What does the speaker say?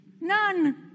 None